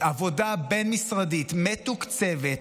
עבודה בין-משרדית מתוקצבת,